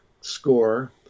score